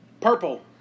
Purple